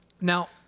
Now